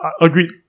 agreed